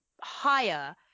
higher